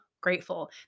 Grateful